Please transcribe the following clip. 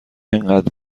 اینقدر